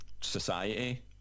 society